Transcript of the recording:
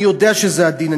אני יודע שזה עדין,